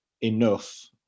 enough